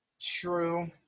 True